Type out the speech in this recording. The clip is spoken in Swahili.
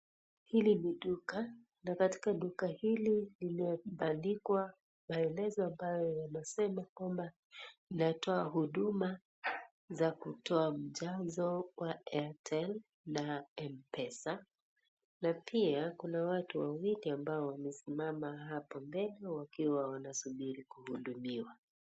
Hili ni duka, na katika duka hili limeandikwa maelezo ambayo yanasema kwamba natoa huduma, za kutoa mjazo kwa Airtel na Mpesa. Na pia, kuna watu wawili ambao wamesimama hapo mbele wakiwa wanasubiri kuhudumiwa.